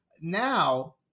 Now